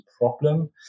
problem